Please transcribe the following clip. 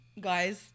guys